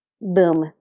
Boom